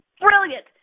Brilliant